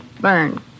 Burn